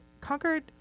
conquered